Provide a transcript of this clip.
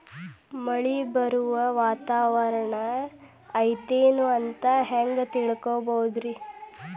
ಮಳೆ ಬರುವ ವಾತಾವರಣ ಐತೇನು ಅಂತ ಹೆಂಗ್ ತಿಳುಕೊಳ್ಳೋದು ರಿ?